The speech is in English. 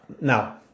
Now